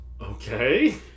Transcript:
Okay